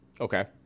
Okay